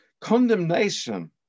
condemnation